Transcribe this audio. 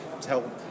tell